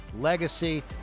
legacy